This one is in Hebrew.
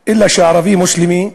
וערבי-מוסלמי,